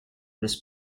this